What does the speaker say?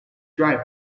driving